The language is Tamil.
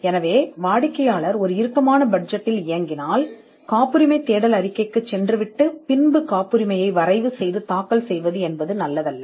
எனவே கிளையன்ட் ஒரு இறுக்கமான பட்ஜெட்டில் இயங்கினால் காப்புரிமையைத் தேடுவதற்கும் வரைவு செய்வதற்கும் பின்னர் காப்புரிமை தேடல் அறிக்கைக்குச் செல்வது நல்லதல்ல